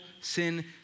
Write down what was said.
sin